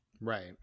Right